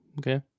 Okay